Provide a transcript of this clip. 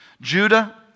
Judah